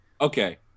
Okay